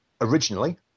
Originally